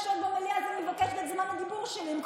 אני שירתי שירות יותר קרבי ממך, בתקופות